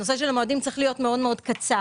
הנושא של המועדים צריך להיות מאוד מאוד קצר